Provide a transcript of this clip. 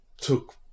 took